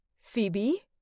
Phoebe